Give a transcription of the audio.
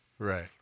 Right